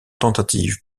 tentatives